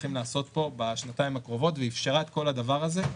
הולכים לעשות פה בשנתיים הקרובות ואפשרה את כל הדבר הזה,